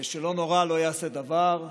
שלא נורא, לא יעשה דבר.